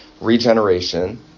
regeneration